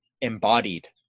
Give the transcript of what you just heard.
embodied